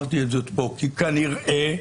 כי כנראה,